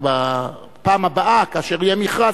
שבפעם הבאה כאשר יהיה מכרז,